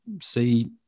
see